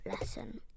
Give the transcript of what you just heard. lesson